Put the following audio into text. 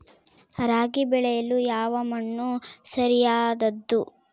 ರಾಗಿ ಬೆಳೆಯಲು ಯಾವ ಮಣ್ಣು ಸರಿಯಾದದ್ದು?